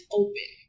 open